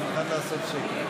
אני מוכן לעשות שקט.